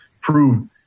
prove